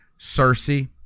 Cersei